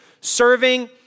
serving